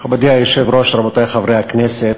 מכובדי היושב-ראש, רבותי חברי הכנסת,